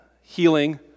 healing